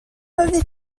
oeddet